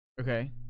Okay